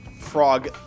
frog